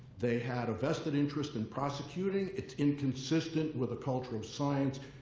they had a vested interest in prosecuting. it's inconsistent with the culture of science.